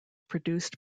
produced